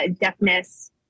deafness